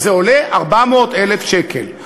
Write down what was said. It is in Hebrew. זה עולה 400,000 שקל.